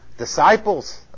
disciples